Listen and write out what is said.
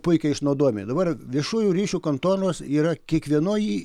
puikiai išnaudojami dabar viešųjų ryšių kontoros yra kiekvienoj